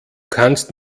kannst